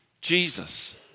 Jesus